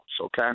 okay